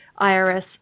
IRS